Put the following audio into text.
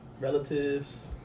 relatives